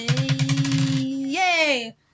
Yay